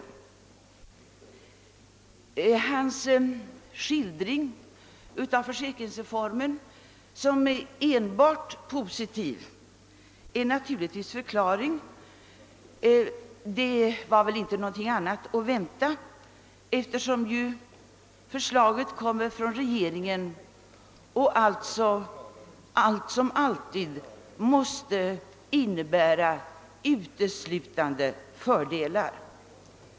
Att han skildrar sjukvårdsreformen som enbart positiv är förklarligt; något annat var väl inte att vänta eftersom för slaget kommer från regeringen och alltså måste innebära uteslutande fördelar.